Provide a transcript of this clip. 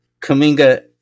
Kaminga